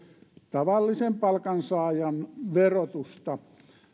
tavallisen palkansaajan verotusta